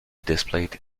displayed